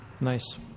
Nice